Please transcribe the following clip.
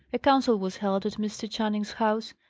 a council was held at mr. channing's house.